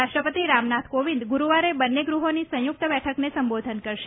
રાષ્ટ્રપતિ રામનાથ કોવિંદ ગુરૂવારે બંને ગૃહોની સંયુકત બેઠકને સંબોધન કરશે